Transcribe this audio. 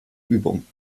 übung